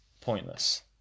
Pointless